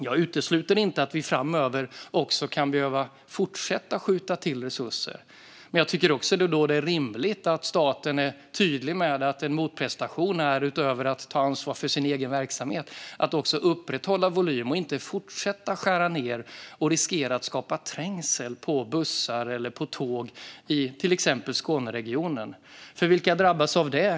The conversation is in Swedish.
Jag utesluter inte att vi framöver kan behöva fortsätta skjuta till resurser. Men då tycker jag att det är rimligt att staten är tydlig med att en motprestation är att, utöver att ta ansvar för sin egen verksamhet, upprätthålla volym och att inte fortsätta skära ned och riskera att skapa trängsel på bussar eller tåg i till exempel Skåneregionen. För vilka är det som drabbas av det?